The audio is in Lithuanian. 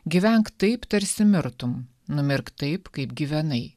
gyvenk taip tarsi mirtum numirk taip kaip gyvenai